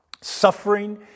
Suffering